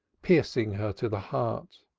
piercing her to the heart.